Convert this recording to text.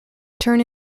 turn